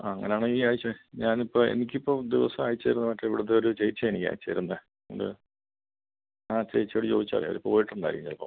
ആ അങ്ങനെ ആണേ ഈ ആഴ്ച ഞാൻ ഇപ്പോൾ എനിക്ക് ഇപ്പോൾ ൾ ദിവസം അയച്ച് തരുന്നത് മറ്റേ ഇവിടുത്തൊരു ചേച്ചിയാണ് എനിക്ക് അയച്ച് തരുന്നത് ഇത് ആ ചേച്ചിയോട് ചോദിച്ചാൽ അവർ പോയിട്ടുണ്ടായിരിക്കും ചിലപ്പം